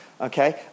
okay